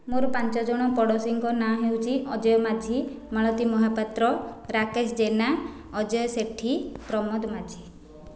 ମୋର ପାଞ୍ଚଜଣ ପଡ଼ୋଶୀଙ୍କ ନାଁ ହେଉଛି ଅଜୟ ମାଝି ମାଳତି ମହାପାତ୍ର ରାକେଶ ଜେନା ଅଜୟ ସେଠୀ ପ୍ରମୋଦ ମାଝି